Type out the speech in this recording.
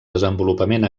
desenvolupament